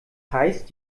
heißt